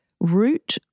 root